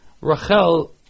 Rachel